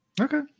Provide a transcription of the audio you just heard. Okay